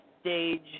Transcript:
stage